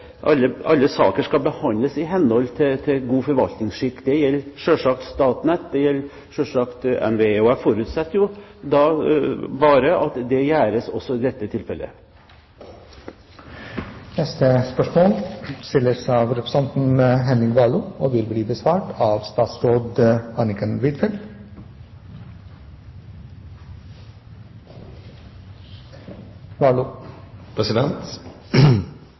saker skal behandles i henhold til god forvaltningsskikk – det gjelder Statnett, og det gjelder NVE. Jeg forutsetter da bare at det blir gjort også i dette tilfellet. Dette spørsmålet er utsatt til neste